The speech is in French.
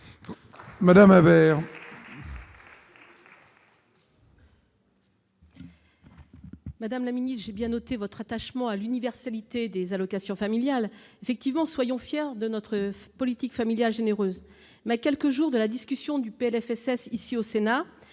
Madame la ministre, j'ai bien noté votre attachement à l'universalité des allocations familiales. Soyons effectivement fiers de notre politique familiale généreuse ! À quelques jours de la discussion du projet de loi